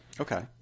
okay